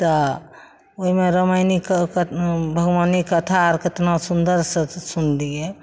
तऽ ओइमे रामायणीके भगवानी कथा अर केतना सुन्दरसँ सुनलियै